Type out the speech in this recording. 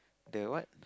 the what